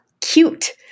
cute